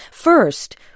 First